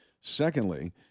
Secondly